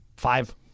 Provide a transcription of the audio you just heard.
Five